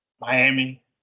Miami